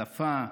שפה,